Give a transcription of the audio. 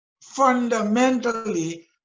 fundamentally